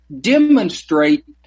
demonstrate